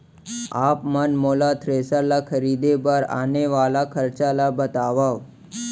आप मन मोला थ्रेसर ल खरीदे बर आने वाला खरचा ल बतावव?